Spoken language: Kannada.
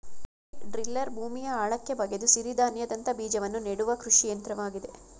ಸೀಡ್ ಡ್ರಿಲ್ಲರ್ ಭೂಮಿಯ ಆಳಕ್ಕೆ ಬಗೆದು ಸಿರಿಧಾನ್ಯದಂತ ಬೀಜವನ್ನು ನೆಡುವ ಕೃಷಿ ಯಂತ್ರವಾಗಿದೆ